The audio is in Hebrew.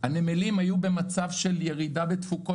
הנמלים היו במצב של ירידה בתפוקות